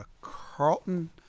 Carlton